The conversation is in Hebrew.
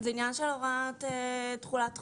זה עניין של הוראת תחולת חוק.